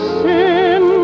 sin